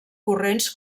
corrents